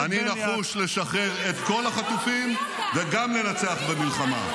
אני נחוש לשחרר את כל החטופים וגם לנצח את המלחמה.